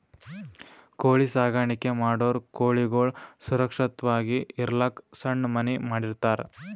ಕೋಳಿ ಸಾಕಾಣಿಕೆ ಮಾಡೋರ್ ಕೋಳಿಗಳ್ ಸುರಕ್ಷತ್ವಾಗಿ ಇರಲಕ್ಕ್ ಸಣ್ಣ್ ಮನಿ ಮಾಡಿರ್ತರ್